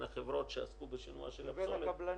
החברות שעסקו בשינוע של הפסולת --- בין הקבלנים.